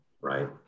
Right